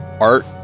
art